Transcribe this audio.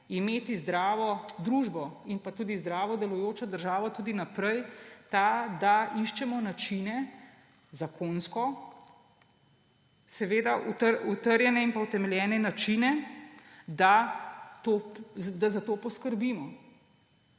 imeti zdravo družbo in tudi zdravo delujočo državo tudi naprej, ta, da iščemo zakonsko utrjene in utemeljene načine, da za to poskrbimo.